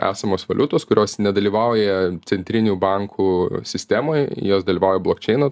esamos valiutos kurios nedalyvauja centrinių bankų sistemoj jos dalyvauja blokčeino